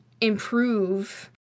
improve